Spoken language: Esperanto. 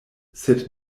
sed